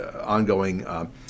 ongoing